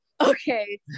Okay